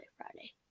Friday